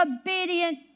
obedient